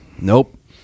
Nope